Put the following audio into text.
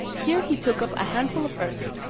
here he took up a handful of earth,